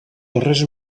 darrers